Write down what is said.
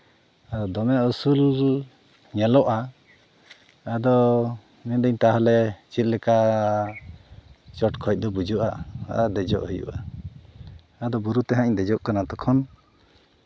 ᱟᱫᱚ ᱫᱚᱢᱮ ᱩᱥᱩᱞ ᱧᱮᱞᱚᱜᱼᱟ ᱟᱫᱚ ᱢᱮᱱᱟᱧ ᱛᱟᱦᱞᱮ ᱪᱮᱫ ᱞᱮᱠᱟ ᱪᱚᱴ ᱠᱷᱚᱱ ᱫᱚ ᱵᱩᱡᱩᱜᱼᱟ ᱫᱮᱡᱚᱜ ᱦᱩᱭᱩᱜᱼᱟ ᱟᱫᱚ ᱵᱩᱨᱩ ᱛᱮᱦᱟᱸᱜ ᱫᱮᱡᱚᱜ ᱠᱟᱱᱟ ᱛᱚᱠᱷᱚᱱ